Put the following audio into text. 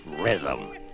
Rhythm